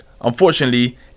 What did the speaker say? Unfortunately